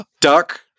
Duck